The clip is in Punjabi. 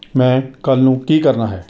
ਮੈਂ ਕੱਲ੍ਹ ਨੂੰ ਕੀ ਕਰਨਾ ਹੈ